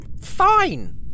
fine